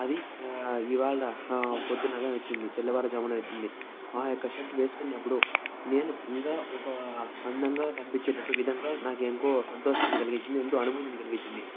అది ఆ ఇవాళ ఆ పొద్దున అదే వచ్చింది తెల్లవారు ఝామున వచ్చింది ఆ యొక్క షర్ట్ వేసుకున్నప్పుడు నేను ఇంకా ఒక అందంగా కనిపించేటట్టు విధంగా నాకు ఎంతో సంతోషాన్ని కలిగించింది ఎంతో అనుభూతిని కలిగించింది